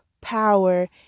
power